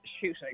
shooting